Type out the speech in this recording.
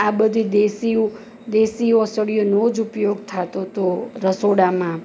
આ બધી દેશી દેશી ઓસડીયાનો જ ઉપયોગ થતો હતો રસોડામાં